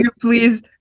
please